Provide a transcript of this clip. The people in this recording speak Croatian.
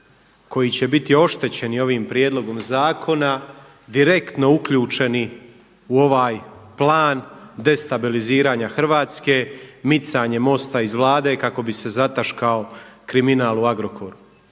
koji će biti oštećeni ovim prijedlogom zakona direktno uključeni u ovaj plan destabiliziranja Hrvatske, micanje MOST-a iz Vlade kako bi se zataškao kriminal u Agrokoru.